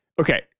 Okay